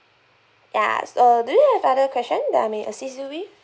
ya uh do you have other question that I may assist you with